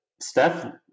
Steph